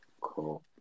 Cool